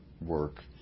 work